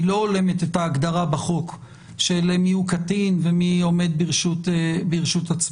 היא לא הולמת את ההגדרה בחוק של מיהו קטין ומי עומד ברשות עצמו.